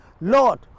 Lord